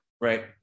Right